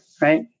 right